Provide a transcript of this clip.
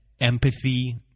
empathy